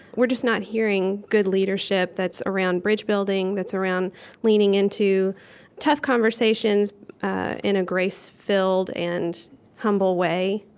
we're just not hearing good leadership that's around bridge-building, that's around leaning into tough conversations in a grace-filled and humble way.